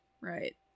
Right